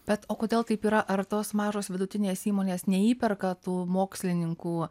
bet o kodėl taip yra ar tos mažos vidutinės įmonės neįperka tų mokslininkų